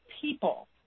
people